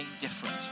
different